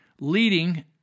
leading